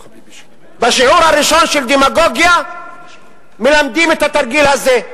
בשיעור הראשון של דמגוגיה מלמדים את התרגיל הזה.